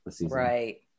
right